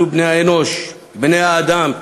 אנחנו בני-האנוש, בני-האדם,